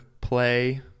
play